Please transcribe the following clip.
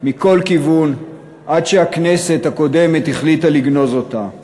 מכל כיוון עד שהכנסת הקודמת החליטה לגנוז אותה.